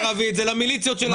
כאילו החברה הערבית לא קיבלה, כן.